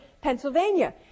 Pennsylvania